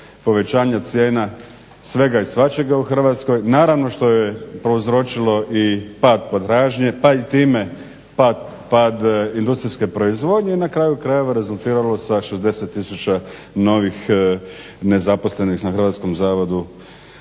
povećanje cijena svega i svačega u Hrvatskoj naravno što je prouzročilo i pad potražnje pa i time pad industrijske proizvodnje i na kraju krajeva rezultiralo sa 60 tisuća novih nezaposlenih na Hrvatskom zavodu